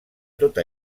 tota